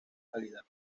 calidad